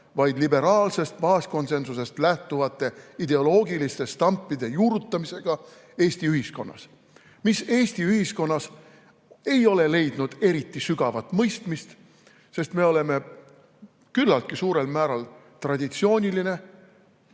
vaid liberaalsest baaskonsensusest lähtuvate ideoloogiliste stampide juurutamisega Eesti ühiskonnas, mis Eesti ühiskonnas ei ole leidnud eriti sügavat mõistmist, sest me oleme küllaltki suurel määral traditsiooniline